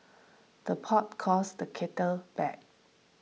the pot calls the kettle back